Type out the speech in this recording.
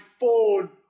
phone